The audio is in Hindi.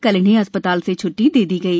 कल इन्हें अस्पताल से छुट्टी दे दी गई